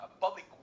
public